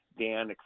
Dan